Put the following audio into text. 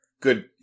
Good